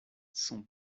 son